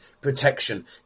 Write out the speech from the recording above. protection